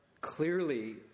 clearly